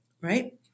right